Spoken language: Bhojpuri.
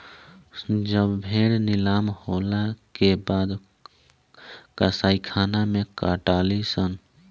जब भेड़ नीलाम होला के बाद कसाईखाना मे कटाली सन